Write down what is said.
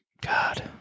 god